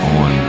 on